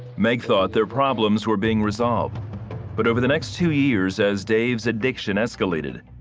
meg thought their problems were being resolved but over the next few years as dave's addiction escalated,